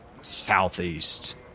Southeast